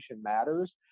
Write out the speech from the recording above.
matters